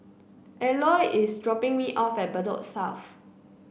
Eloy is dropping me off at Bedok South